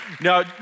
now